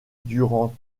durant